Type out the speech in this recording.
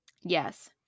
Yes